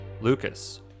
Lucas